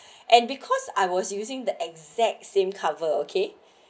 and because I was using the exact same cover okay